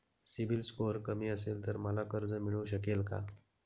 CIBIL score कमी असेल तर मला कर्ज मिळू शकेल का?